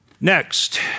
Next